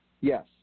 Yes